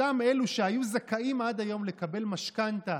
אותם אלו שהיו זכאים עד היום לקבל משכנתה